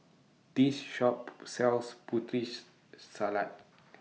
This Shop sells Putri She Salad